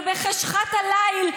ובחשכת הליל,